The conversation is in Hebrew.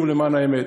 למען האמת,